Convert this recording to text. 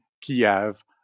Kiev